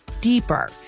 deeper